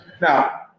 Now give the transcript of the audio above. Now